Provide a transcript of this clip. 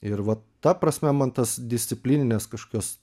ir vat ta prasme man tas disciplininės kažkokios